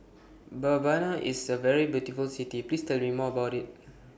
Mbabana IS A very beautiful City Please Tell Me More about IT